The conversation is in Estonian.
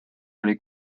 oli